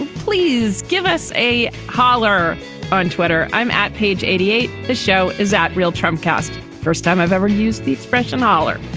please give us a holler on twitter. i'm at page eighty eight. the show is at real trump. first time i've ever used the expression olla.